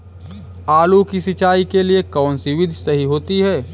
आलू की सिंचाई के लिए कौन सी विधि सही होती है?